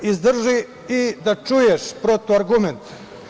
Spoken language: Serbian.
Izdrži i da čuješ protivargument.